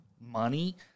money